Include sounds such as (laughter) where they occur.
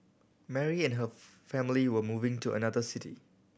Mary and her (unintelligible) family were moving to another city